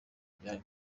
bya